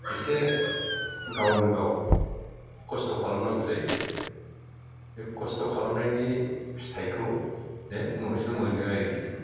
एसे गावनो गाव खस्त' खालामनांगौ जायो बे खस्त' खालामानायनि फिथाइखौ बे उनावसो मोनो आरोखि